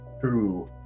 True